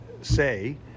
say